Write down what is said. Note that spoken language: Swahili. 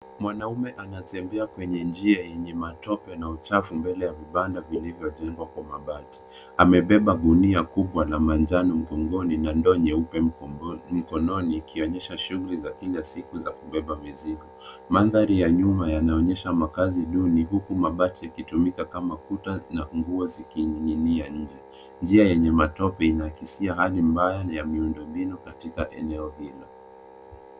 Mwanaume anatembea kwenye njia yenye matope na uchafu mbele ya vibanda vilivyojengwa kwa mabati. Amebeba gunia kubwa na manjano mgongoni na ndoo nyeupe mkononi ikionyesha shughli za kila siku za kubeba mizigo. Mandhari ya nyuma yanaonyesha makazi duni huku mabati ikitumika kama kuta na nguo zikining'inia nje. Njia yenye matope inaakisia hali mbaya ya miundo mbinu katika eneo hilo.